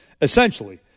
essentially